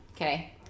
okay